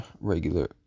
regular